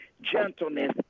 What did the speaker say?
gentleness